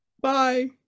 Bye